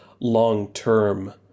long-term